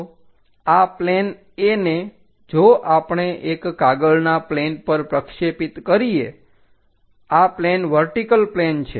તો આ plane A ને જો આપણે એક કાગળના પ્લેન પર પ્રક્ષેપિત કરીએ આ પ્લેન વર્ટીકલ પ્લેન છે